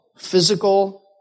physical